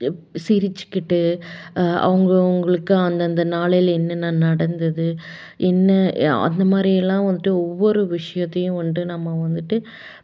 சிரிச்சிக்கிட்டு அவங்களு அவங்களுக்கு அந்த அந்த நாளையில என்னென்னா நடந்தது என்ன அந்தமாதிரி எல்லாம் வந்துட்டு ஒவ்வொரு விஷயத்தையும் வந்துட்டு நம்ம வந்துட்டு